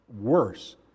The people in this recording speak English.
worse